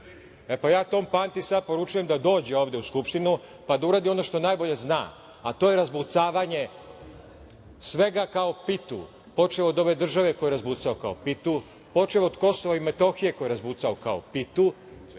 E, pa ja tom Panti sad poručujem da dođe ovde u Skupštinu, pa da uradi ono što najbolje zna, a to je razbucavanje svega kao pitu, počev od ove države koju je razbucao kao pitu, počev od Kosova i Metohije, koje je razbucao kao pitu,